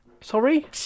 Sorry